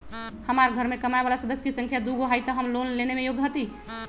हमार घर मैं कमाए वाला सदस्य की संख्या दुगो हाई त हम लोन लेने में योग्य हती?